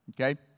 Okay